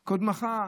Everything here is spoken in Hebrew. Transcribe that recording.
קודמך,